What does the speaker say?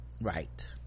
right